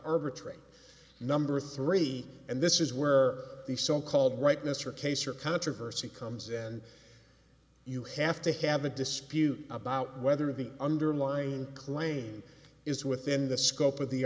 arbitrate number three and this is where the so called rightness or case or controversy comes then you have to have a dispute about whether the underlying claim is within the scope of the